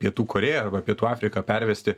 pietų korėją arba pietų afriką pervesti